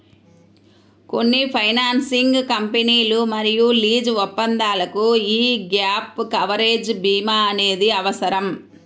కొన్ని ఫైనాన్సింగ్ కంపెనీలు మరియు లీజు ఒప్పందాలకు యీ గ్యాప్ కవరేజ్ భీమా అనేది అవసరం